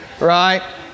right